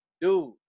dude